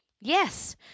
Yes